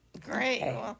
Great